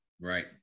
Right